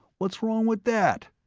what's wrong with that?